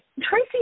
Tracy